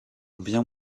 bien